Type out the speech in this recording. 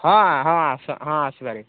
ହଁ ହଁ ଆସ ହଁ ଆସିପାରେ